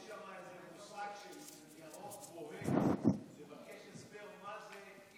יש שם מושג של ירוק בוהק, תבקש הסבר מה זה.